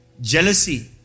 jealousy